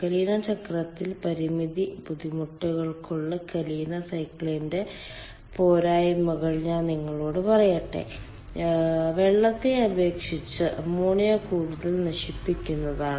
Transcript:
കലിന ചക്രത്തിലെ പരിമിതി ബുദ്ധിമുട്ടുകൾക്കുള്ള കലിന സൈക്കിളിന്റെ പോരായ്മകൾ ഞാൻ നിങ്ങളോട് പറയട്ടെ വെള്ളത്തെ അപേക്ഷിച്ച് അമോണിയ കൂടുതൽ നശിപ്പിക്കുന്നതാണ്